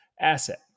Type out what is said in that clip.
asset